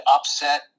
upset